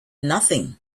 nothing